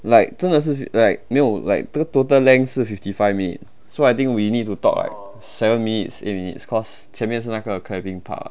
like 真的是 like 没有 like the total length 是 fifty five minute so I think we need to talk like seven minutes in its course 前面是那个 part ah